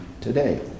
today